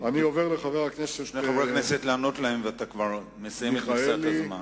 חברי כנסת לענות להם ואתה כבר מסיים את מכסת הזמן.